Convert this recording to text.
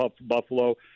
Buffalo